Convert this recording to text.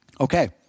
Okay